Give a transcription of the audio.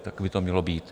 Tak by to mělo být.